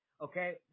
Okay